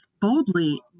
boldly